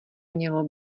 mělo